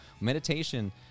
Meditation